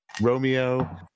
romeo